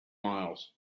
miles